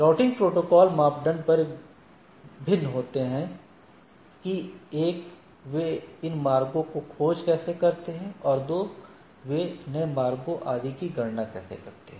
routing protocol मापदंड पर भिन्न होते हैं कि 1 वे इन मार्गों की खोज कैसे करते हैं और 2 वे नए मार्गों आदि की गणना कैसे करते हैं